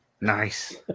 nice